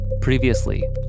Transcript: Previously